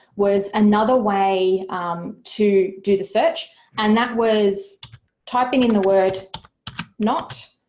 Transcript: was another way to do the search and that was typing in the word not